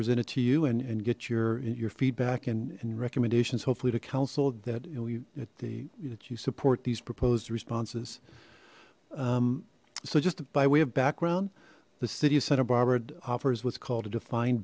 present it to you and get your your feedback and recommendations hopefully to council that and we at the that you support these proposed responses so just by way of background the city of santa barbara offers what's called a defined